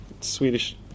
Swedish